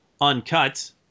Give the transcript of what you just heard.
uncut